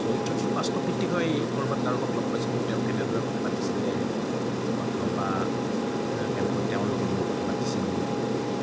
চৰিত্ৰটো বাস্তৱভিত্তিক হয়েই কৰবাত কাৰোবাক লগ পাইছিলোঁ তেওঁ কেনেদৰে কথা পাতিছিলে অথবা কেনেকৈ তেওঁৰ লগত মই কথা পাতিছিলোঁ